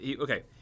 Okay